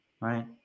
right